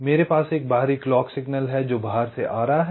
मेरे पास एक बाहरी क्लॉक सिग्नल है जो बाहर से आ रहा है